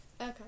Okay